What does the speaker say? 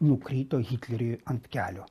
nukrito hitleriui ant kelio